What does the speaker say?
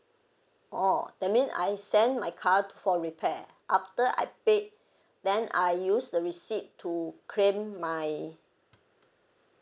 orh that mean I send my car for repair after I paid then I use the receipt to claim my